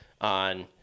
on